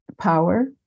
power